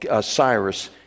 Cyrus